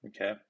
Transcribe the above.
Okay